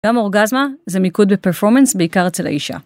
גם אורגזמה זה מיקוד בפרפורמנס בעיקר אצל האישה.